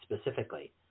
specifically